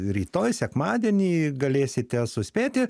rytoj sekmadienį galėsite suspėti